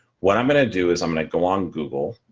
what i'm going to do is i'm going to go on google.